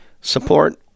Support